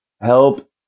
help